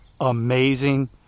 amazing